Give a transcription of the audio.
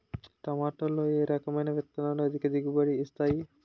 టమాటాలో ఏ రకమైన విత్తనాలు అధిక దిగుబడిని ఇస్తాయి